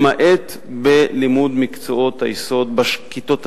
למעט בלימוד מקצועות היסוד בכיתות הנמוכות.